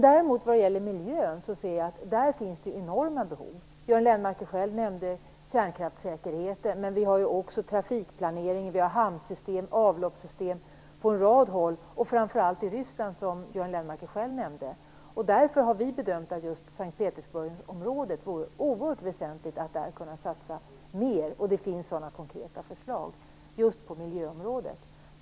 Däremot vad gäller miljön ser jag att det finns enorma behov. Göran Lennmarker nämnde kärnkraftssäkerheten. Det finns också problem med trafikplanering, hamnsystem, avloppssystem på en rad håll i framför allt Ryssland, som Göran Lennmarker själv nämnde. Därför har vi bedömt att det vore oerhört väsentligt att kunna satsa i just St. Peterburgsområdet, och det finns sådana konkreta förslag på miljöområdet.